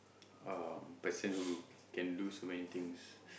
um person who can lose so many things